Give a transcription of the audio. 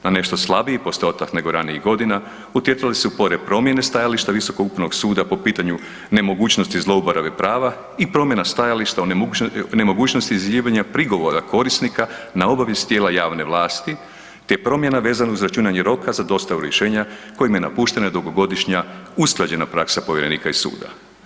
Na nešto slabiji postotak nego ranijih godina utjecali su pored promjene stajališta visokog upravno suda po pitanju nemogućnosti zlouporabe prava i promjena stajališta o nemogućnosti izjavljivanja prigovora korisnika na obavijest tijela javne vlasti, te promjena vezana uz računanje roka za dostavu rješenja kojim je napuštena dugogodišnja usklađena praksa povjerenika i suda.